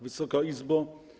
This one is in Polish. Wysoka Izbo!